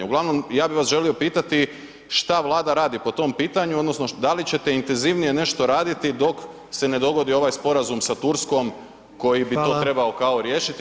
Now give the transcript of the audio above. Uglavnom ja bih vas želio pitati šta Vlada radi po tom pitanju odnosno da li ćete intenzivnije nešto raditi dok se ne dogodi ovaj sporazum sa Turskom koji bi to trebao kao riješiti?